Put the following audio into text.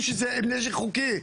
אפילו שזה נשק חוקי.